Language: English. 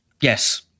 Yes